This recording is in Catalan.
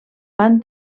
van